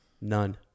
None